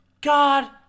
God